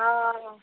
ହଁ